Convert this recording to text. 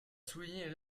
souligner